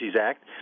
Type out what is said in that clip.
act